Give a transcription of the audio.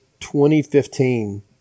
2015